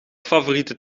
favoriete